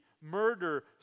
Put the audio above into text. murder